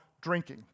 drinking